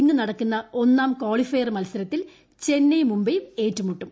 ഇന്ന് നടക്കുന്ന ഒന്നാം കാളിഫയർ മൽസരത്തിൽ ചെന്നൈയും മുംബൈയും ഏറ്റുമുട്ടും